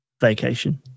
vacation